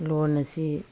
ꯂꯣꯟ ꯑꯁꯤ